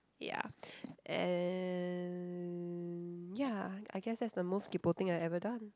ya and ya I guess that's the most kaypoh thing I ever done